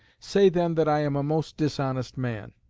say then that i am a most dishonest man.